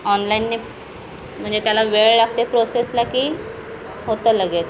ऑनलाईनने म्हणजे त्याला वेळ लागते प्रोसेसला की होतं लगेच